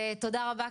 ותודה רבה,